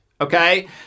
okay